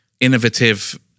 innovative